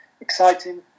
exciting